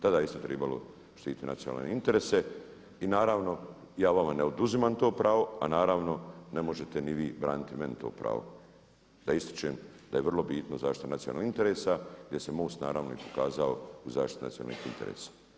Tada je isto trebalo štititi nacionalne interese i naravno ja vama ne oduzimam to pravo a naravno ne možete ni vi braniti meni to pravo da ističem da je vrlo bitna zaštita nacionalnih interesa gdje se MOST naravno i pokazao u zaštiti nacionalnih interesa.